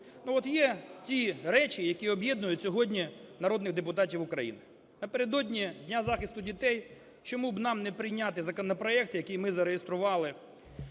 є ті речі, які об'єднують сьогодні народних депутатів України. Напередодні Дня захисту дітей чому б нам не прийняти законопроект, який ми зареєстрували